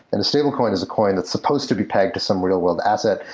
and a stable coin is a coin that's supposed to be pegged to some real world asset,